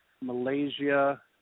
Malaysia